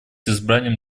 избранием